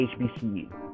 HBCU